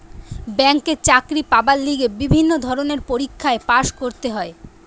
ব্যাংকে চাকরি পাবার লিগে বিভিন্ন ধরণের পরীক্ষায় পাস্ করতে হয়